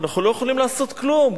אנחנו לא יכולים לעשות כלום,